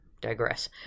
digress